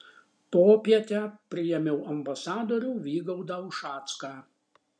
popietę priėmiau ambasadorių vygaudą ušacką